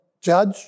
judge